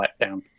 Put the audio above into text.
letdown